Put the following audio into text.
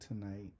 tonight